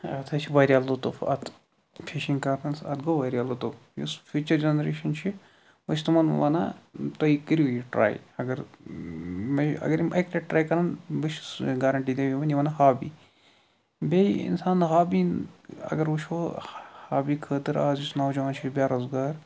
اَتھ حظ چھُ واریاہ لُطُف اَتھ فِشِنٛگ کَرنَس اتھ گوٚو واریاہ لُطُف یُس فیٛوٗچر جَنریشن چھِ بہٕ چھُس تِمَن ونان تُہۍ کٔرِو یہِ ٹرٛاے اگر اگر یِم اَکہِ لَٹہِ ٹرٛاے کَرَن بہٕ چھُس گارَنٹی دِوان یہِ بَنہِ یمن ہابی بیٚیہِ اِنسان ہابی اگر وُچھو ہابی خٲطرٕ اَز یُس نوجوان چھُ یہِ چھُ بےٚ روزگار